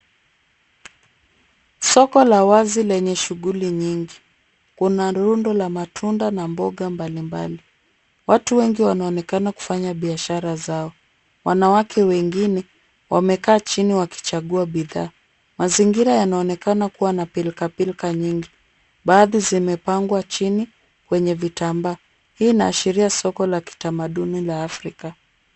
Soko la wazi lenye shughuli nyingi. Kuna rundo la matunda na mboga mbalimbali. Watu wengi wanaonekana kufanya biashara zao. Wanawake wengine, wamekaa chini wakichagua bidhaa. Mazingira yanaonekana kuwa na pilkapilka nyingi. Baadhi zimepangwa chini kwenye vitambaa. Hii inaashiria soko la kitamaduni la Afrika.